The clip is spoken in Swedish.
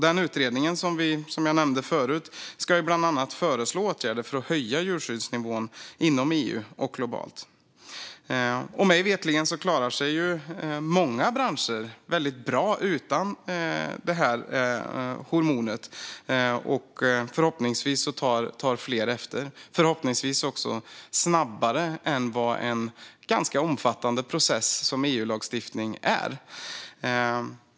Den utredning som jag nämnde förut ska bland annat föreslå åtgärder för att höja djurskyddsnivån inom EU och globalt. Mig veterligen klarar sig många branscher väldigt bra utan detta hormon. Och förhoppningsvis tar fler efter, förhoppningsvis också snabbare än med den ganska omfattande process som EU-lagstiftning är.